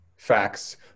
facts